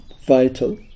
vital